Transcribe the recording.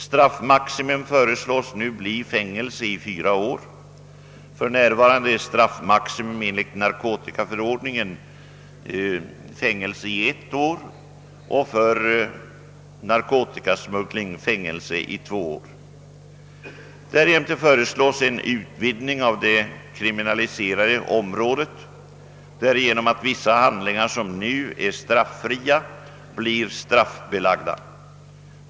Straffmaximum föreslås bli fängelse i fyra år; för närvarande är straffmaximum enligt narkotikaförordningen fängelse i ett år och för narkotikasmuggling fängelse i två år. Därjämte föreslås en utvidgning av det kriminaliserade området genom att vissa handlingar som nu är straffria blir straffbelagda.